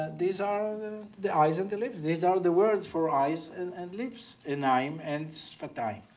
these are the the eyes and the lips. these are the words for eyes and and lips enaim and tsfetaim.